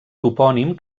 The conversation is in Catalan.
topònim